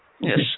Yes